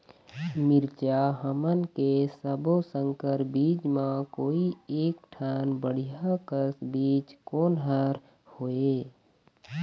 मिरचा हमन के सब्बो संकर बीज म कोई एक ठन बढ़िया कस बीज कोन हर होए?